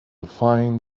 find